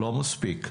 לא מספיק,